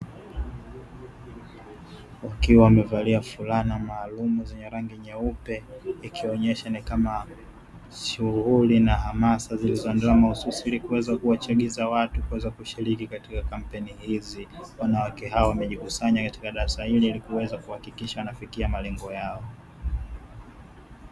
Ukiwa umevalia fulani maalumu zenye rangi nyeupe ikionyesha ni kama shughuli na hamasa zilizoandikwa mahususi ili kuweza kuwachagiza watu kuweza kushiriki katika kampeni hizi, wanawake hawa wamejikusanya katika darasa hili ili kuweza kuhakikisha wanafikia malengo yao.